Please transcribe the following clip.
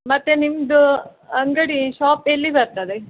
ಮತ್ತು ನಿಮ್ಮದು ಅಂಗಡಿ ಶಾಪ್ ಎಲ್ಲಿ ಬರ್ತದೆ